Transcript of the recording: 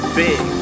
big